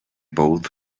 both